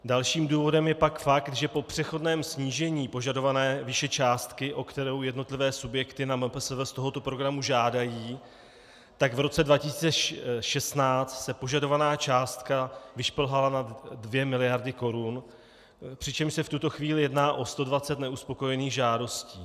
Dalším důvodem je pak fakt, že po přechodném snížení požadované výše částky, o kterou jednotlivé subjekty na MPSV z tohoto programu žádají, tak v roce 2016 se požadovaná částka vyšplhala na 2 mld. korun, přičemž se v tuto chvíli jedná o 120 neuspokojených žádostí.